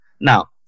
Now